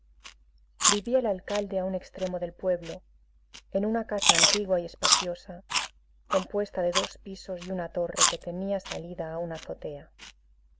vivía el alcalde a un extremo del pueblo en una casa antigua y espaciosa compuesta de dos pisos y una torre que tenía salida a una azotea